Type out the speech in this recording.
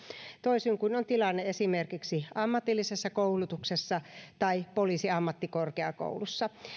toisin kuin on tilanne esimerkiksi ammatillisessa koulutuksessa tai poliisiammattikorkeakoulussa